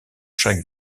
chaque